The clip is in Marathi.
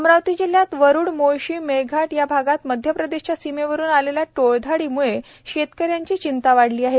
अमरावती जिल्ह्यातल्या वरुड मोर्शी मेळघाट या भागात मध्यप्रदेशच्या सीमेवरून आलेल्या टोळधाडीमुळे शेतकऱ्याची चिंता वाढली आहे